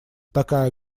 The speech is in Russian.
такая